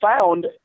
found